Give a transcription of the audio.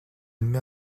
met